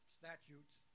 statutes